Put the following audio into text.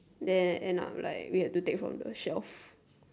then end up like we have to take from the shelf